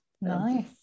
nice